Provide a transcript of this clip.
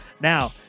Now